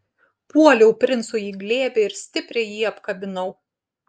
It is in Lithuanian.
puoliau princui į glėbį ir stipriai jį apkabinau